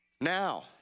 Now